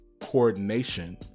coordination